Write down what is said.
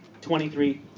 23